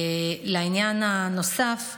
לעניין הנוסף,